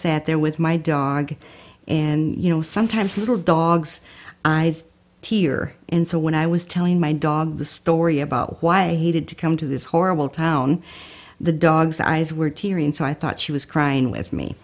sat there with my dog and you know sometimes little dogs here and so when i was telling my dog the story about why he did to come to this horrible town the dog's eyes were teary and so i thought she was crying with me